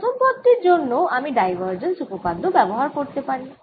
প্রথম পদ টির জন্য আমি ডাইভারজেন্স উপপাদ্য ব্যবহার করতে পারি